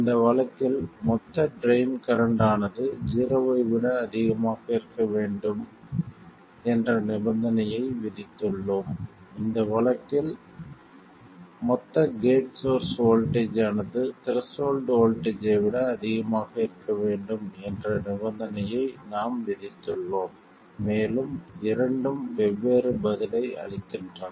இந்த வழக்கில் மொத்த ட்ரைன் கரண்ட் ஆனது ஜீரோவை விட அதிகமாக இருக்க வேண்டும் என்ற நிபந்தனையை விதித்துள்ளோம் இந்த வழக்கில் மொத்த கேட் சோர்ஸ் வோல்ட்டேஜ் ஆனது த்ரெஷோல்ட் வோல்ட்டேஜ் ஐ விட அதிகமாக இருக்க வேண்டும் என்ற நிபந்தனையை நாம் விதித்துள்ளோம் மேலும் இரண்டும் வெவ்வேறு பதிலை அளிக்கின்றன